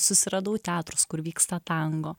susiradau teatrus kur vyksta tango